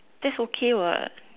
that's okay what